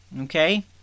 okay